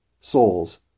souls